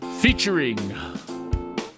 featuring